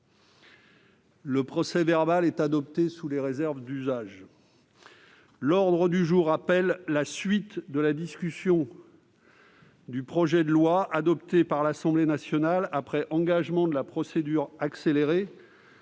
Le procès-verbal est adopté sous les réserves d'usage. L'ordre du jour appelle la suite de la discussion du projet de loi, adopté par l'Assemblée nationale après engagement de la procédure accélérée,